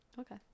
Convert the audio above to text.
okay